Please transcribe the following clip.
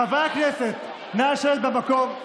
חברי הכנסת, נא לשבת במקום.